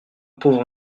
pauvre